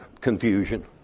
confusion